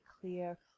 clear